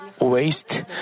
waste